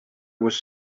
was